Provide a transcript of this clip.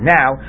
now